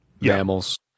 mammals